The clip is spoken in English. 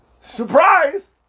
surprise